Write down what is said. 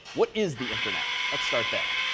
what is the internet? let's start there.